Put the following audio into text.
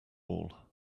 wall